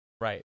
right